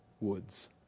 woods